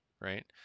right